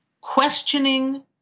questioning